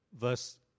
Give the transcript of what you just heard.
verse